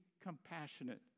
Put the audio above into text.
compassionate